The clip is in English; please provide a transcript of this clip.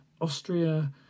Austria